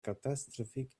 catastrophic